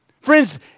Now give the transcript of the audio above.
Friends